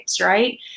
right